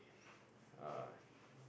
uh